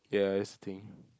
ya that's the thing